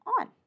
on